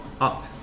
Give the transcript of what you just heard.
up